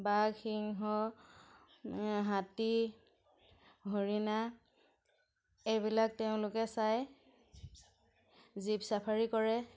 বাঘ সিংহ হাতী হৰিণা এইবিলাক তেওঁলোকে চায় জীপ চাফাৰী কৰে